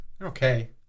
Okay